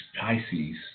Pisces